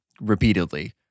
repeatedly